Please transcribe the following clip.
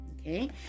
Okay